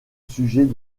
sujet